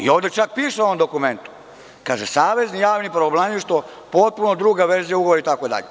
Ovde čak piše u ovom dokumentu, kaže – savezno javno pravobranilaštvo, potpuno druga verzija ugovora itd.